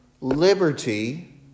liberty